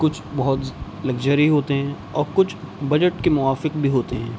کچھ بہت لگزری ہوتے ہیں اور کچھ بجٹ کے موافق بھی ہوتے ہیں